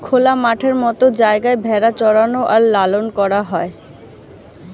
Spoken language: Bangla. খোলা মাঠের মত জায়গায় ভেড়া চরানো আর লালন করা হয়